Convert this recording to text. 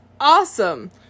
awesome